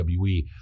WWE